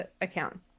account